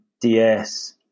DS